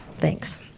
thanks